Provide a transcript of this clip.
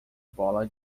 bola